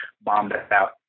bombed-out